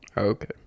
okay